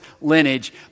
lineage